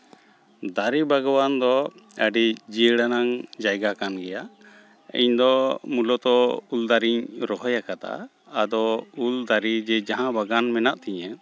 ᱫᱟᱨᱮ ᱵᱟᱜᱽᱣᱟᱱ ᱫᱚ ᱟᱹᱰᱤ ᱡᱤᱭᱟᱹᱲᱟᱱᱟᱜ ᱡᱟᱭᱜᱟ ᱠᱟᱱ ᱜᱮᱭᱟ ᱤᱧᱫᱚ ᱢᱩᱞᱚᱛᱚ ᱩᱞ ᱫᱟᱨᱮᱧ ᱨᱚᱦᱚᱭ ᱠᱟᱫᱟ ᱟᱫᱚ ᱩᱞ ᱫᱟᱨᱮ ᱡᱮ ᱡᱟᱦᱟᱸ ᱵᱟᱜᱟᱱ ᱢᱮᱱᱟᱜ ᱛᱤᱧᱟᱹ